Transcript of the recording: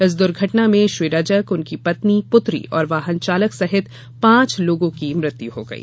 इस दुर्घटना में श्री रजक उनकी पत्नी पूत्री और वाहन चालक सहित पांच लोगों की मृत्यु हो गयी